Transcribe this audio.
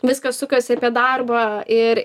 viskas sukasi apie darbą ir